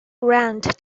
grant